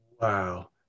Wow